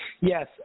Yes